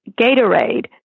Gatorade